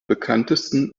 bekanntesten